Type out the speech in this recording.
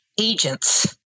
agents